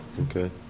Okay